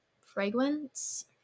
Fragrance